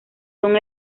son